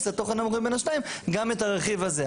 לתוך הנמוך מבין השניים גם את הרכיב הזה.